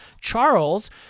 Charles